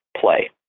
play